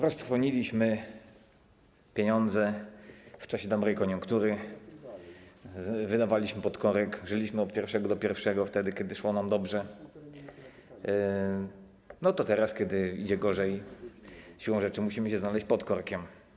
Roztrwoniliśmy pieniądze w czasie dobrej koniunktury, wydawaliśmy pod korek, żyliśmy od pierwszego do pierwszego, wtedy kiedy szło nam dobrze, to teraz, kiedy idzie gorzej, siłą rzeczy musimy się znaleźć pod korkiem.